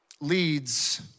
leads